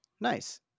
nice